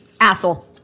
Asshole